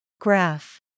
Graph